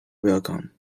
welcome